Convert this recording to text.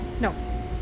No